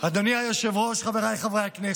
אדוני היושב-ראש, חבריי חברי הכנסת,